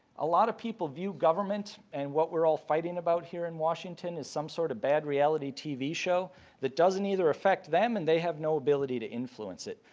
a lot of people view government and what we're all fighting about here in washington is some sort of bad reality tv show that doesn't either affect them and they have no ability to influence it.